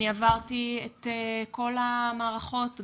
עברתי את כל המערכות,